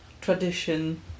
tradition